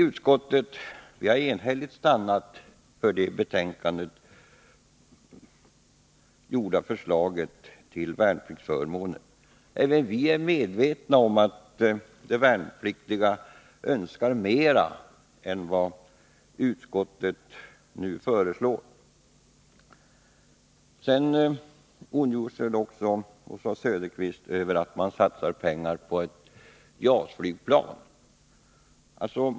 Utskottet har enhälligt beslutat begränsa sig till de i betänkandet föreslagna värnpliktsför Nr 138 månerna, men jag vill säga att även vi i utskottet är medvetna om att de 4 maj 1983 Sedan ondgjorde sig Oswald Söderqvist också över att man satsar pengar på ett JAS-flygplan.